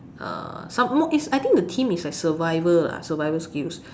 uh some more I think the theme is like survival lah survival skills